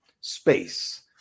Space